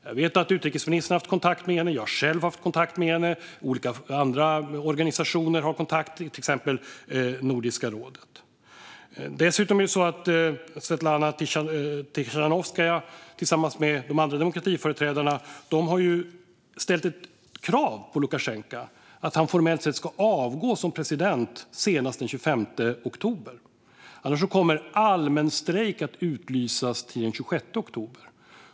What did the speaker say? Jag vet att utrikesministern har haft kontakt med henne, jag har själv haft kontakt med henne, och olika organisationer, till exempel Nordiska rådet, har kontakt. Dessutom har Svetlana Tichanovskaja tillsammans med de andra demokratiföreträdarna ställt ett krav på Lukasjenko att han formellt sett ska avgå som president senast den 25 oktober. Annars kommer allmän strejk att utlysas till den 26 oktober.